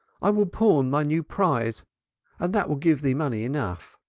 i will pawn my new prize and that will give thee money enough.